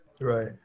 right